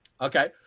Okay